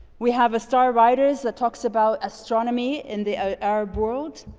we have star riders that talks about astronomy in the arab world,